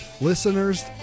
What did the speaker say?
Listeners